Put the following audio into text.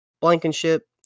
Blankenship